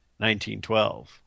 1912